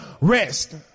rest